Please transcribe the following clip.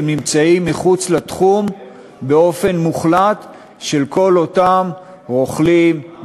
נמצאים מחוץ לתחום באופן מוחלט לכל אותם רוכלים,